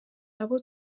abo